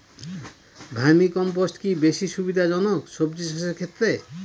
Vermi compost কি বেশী সুবিধা জনক সবজি চাষের ক্ষেত্রে?